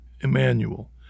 Emmanuel